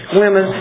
women